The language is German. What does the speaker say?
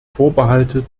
vorbehalte